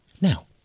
Now